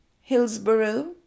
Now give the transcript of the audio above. Hillsborough